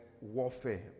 warfare